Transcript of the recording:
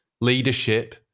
leadership